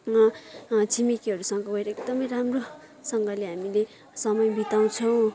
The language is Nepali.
छिमेकीहरूसँग गएर एकदमै राम्रोसँगले हामीले समय बिताउछौँ